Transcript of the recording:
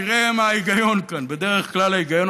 תראה מה ההיגיון כאן: בדרך כלל ההיגיון